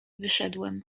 wyszedłem